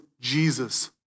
jesus